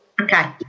Okay